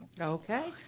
Okay